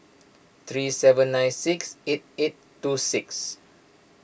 three seven nine six eight eight two six